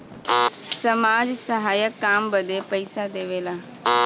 समाज सहायक काम बदे पइसा देवेला